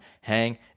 hang